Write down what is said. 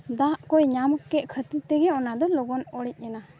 ᱫᱟᱜᱠᱚᱭ ᱧᱟᱢᱠᱮᱫ ᱠᱷᱟᱹᱛᱤᱨ ᱛᱮᱜᱮ ᱚᱱᱟᱫᱚ ᱞᱚᱜᱚᱱ ᱚᱲᱮᱡᱮᱱᱟ